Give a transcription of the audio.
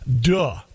Duh